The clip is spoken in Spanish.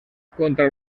contra